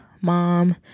mom